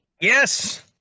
Yes